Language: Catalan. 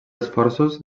esforços